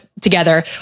together